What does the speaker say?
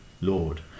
Lord